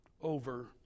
over